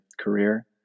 career